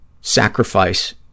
sacrifice